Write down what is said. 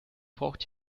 braucht